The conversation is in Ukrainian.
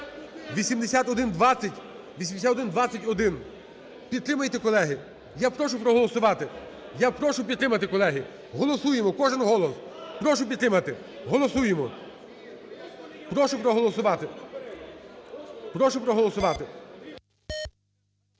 8121 підтримайте, колеги. Я прошу проголосувати. Я прошу підтримати, колеги. Голосуємо кожен голос. Прошу підтримати. Голосуємо. Прошу проголосувати. Прошу проголосувати.